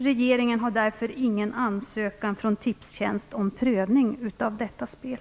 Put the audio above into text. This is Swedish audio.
Regeringen har därför ingen ansökan från Tipstjänst om prövning av detta spel.